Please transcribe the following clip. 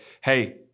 hey